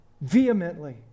vehemently